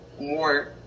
more